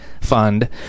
Fund